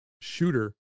shooter